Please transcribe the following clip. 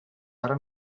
ara